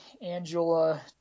Angela